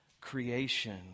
creation